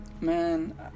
man